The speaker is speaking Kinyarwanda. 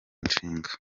nshinga